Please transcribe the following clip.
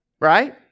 Right